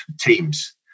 teams